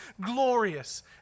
glorious